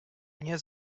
nie